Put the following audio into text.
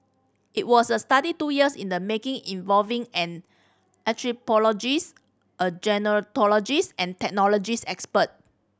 it was a study two years in the making involving an anthropologist a gerontologist and technology experts